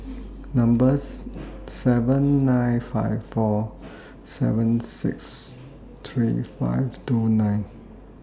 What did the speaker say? number's seven nine five four seven six three five two nine